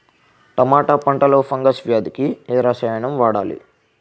టమాటా పంట లో ఫంగల్ వ్యాధికి ఏ రసాయనం వాడాలి?